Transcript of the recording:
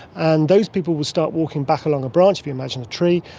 and those people will start walking back along a branch, if you imagine a tree,